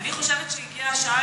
אני חושבת שהגיעה השעה,